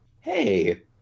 Hey